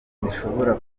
zishobora